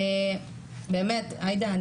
עאידה,